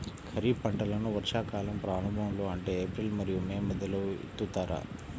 ఖరీఫ్ పంటలను వర్షాకాలం ప్రారంభంలో అంటే ఏప్రిల్ మరియు మే మధ్యలో విత్తుతారు